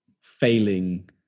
failing